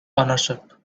ownership